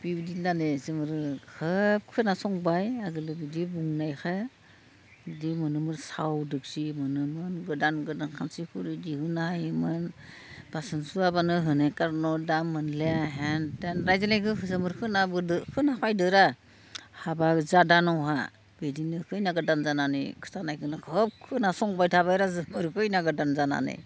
बेबायदि होन्नानै जों आरो खोब खोनासंबाय आगोलो बिदि बुंनायखाय बिदि मोनोमोन साव दिग्सि मोनोमोन गोदान गोदान खांसिफोर बिदि होना होयोमोन बासोन सुवाबानो होनाय खारनाव दा मोनलिया हेन थेन लोगोफोरजोंबो खोनाबोदों खोनाफैदोंरा हाबा जादा नहा बिदिनो खैना गोदान जानानै खिथानायखौनो खोब खोनासंबाय थाबायरा जों ओरै खैना गोदान जानानै